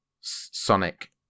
sonic